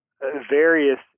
various